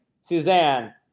Suzanne